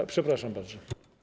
Oj, przepraszam bardzo.